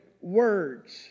words